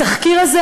התחקיר הזה,